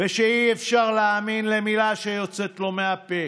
ושאי-אפשר להאמין למילה שיוצאת לו מהפה.